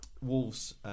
Wolves